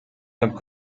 sommes